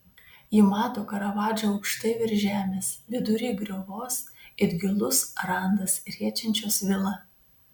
ji mato karavadžą aukštai virš žemės vidury griovos it gilus randas riečiančios vilą